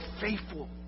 faithful